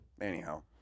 anyhow